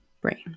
brain